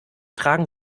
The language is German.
tragen